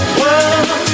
world